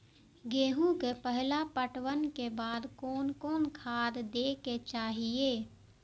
गेहूं के पहला पटवन के बाद कोन कौन खाद दे के चाहिए?